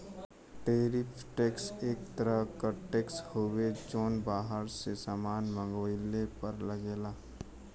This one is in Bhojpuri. टैरिफ टैक्स एक तरह क टैक्स हउवे जौन बाहर से सामान मंगवले पर लगला